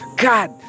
God